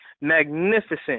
magnificent